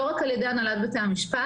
לא רק על ידי הנהלת בתי המשפט,